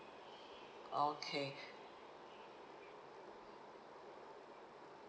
okay